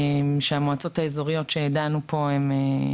שהמועצות האזוריות שדנו בהן פה,